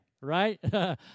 right